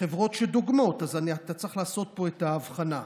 חברות שדוגמות, אז אתה צריך לעשות פה את ההבחנה.